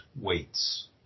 weights